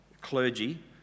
clergy